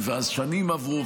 והשנים עברו,